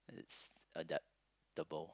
and it's adaptable